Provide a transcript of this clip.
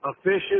efficient